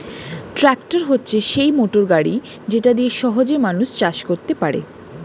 tractor হচ্ছে সেই motor গাড়ি যেটা দিয়ে সহজে মানুষ চাষ করতে পারে